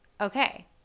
okay